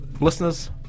listeners